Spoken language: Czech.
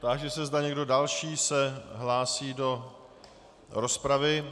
Táži se, zda někdo další se hlásí do rozpravy.